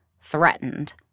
threatened